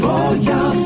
Royal